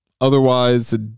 Otherwise